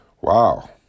Wow